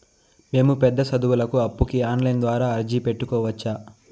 మేము పెద్ద సదువులకు అప్పుకి ఆన్లైన్ ద్వారా అర్జీ పెట్టుకోవచ్చా?